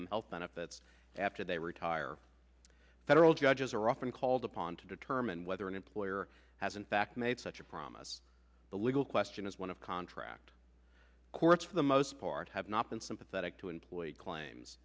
them health benefits after they retire federal judges are often called upon to determine whether an employer has in fact made such a promise the legal question is one of contract courts for the most part have not been sympathetic to employee claims